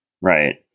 Right